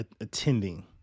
attending